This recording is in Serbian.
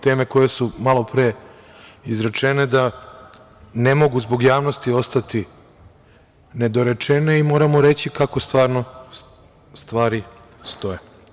Teme koje su malopre izrečene da ne mogu ostati nedorečeno i moram vam reći kako stvarno stvari stoje.